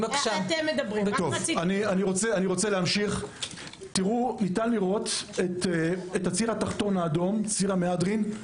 ניתן לראות את הציר התחתון האדום, ציר המהדרין.